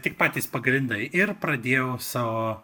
tik patys pagrindai ir pradėjau savo